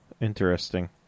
Interesting